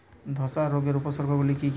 ধসা রোগের উপসর্গগুলি কি কি?